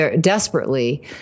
desperately